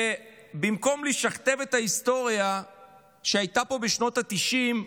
ובמקום לשכתב את ההיסטוריה שהייתה פה בשנות התשעים,